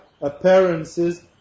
appearances